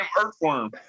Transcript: earthworm